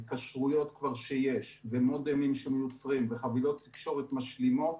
התקשרויות כבר שיש ומודמים שמיוצרים וחבילות תקשורת משלימות.